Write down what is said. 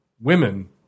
women